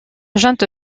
junte